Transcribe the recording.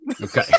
Okay